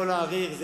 אני יכול להאריך,